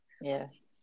Yes